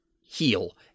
heal